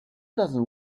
doesn’t